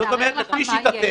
אז תאר לך מה יהיה